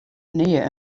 nea